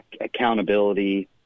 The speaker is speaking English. accountability